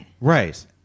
Right